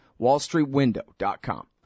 Wallstreetwindow.com